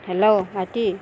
hello ভাইটি